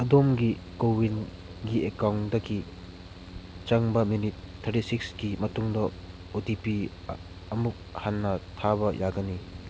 ꯑꯗꯣꯝꯒꯤ ꯀꯣꯋꯤꯟꯒꯤ ꯑꯦꯛꯀꯥꯎꯟꯗꯒꯤ ꯆꯪꯕ ꯃꯤꯅꯤꯠ ꯊꯥꯔꯇꯤ ꯁꯤꯛꯁꯀꯤ ꯃꯇꯨꯡꯗ ꯑꯣ ꯇꯤ ꯄꯤ ꯑꯝꯨꯛ ꯍꯟꯅ ꯊꯥꯕ ꯌꯥꯒꯅꯤ